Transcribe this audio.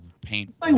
paint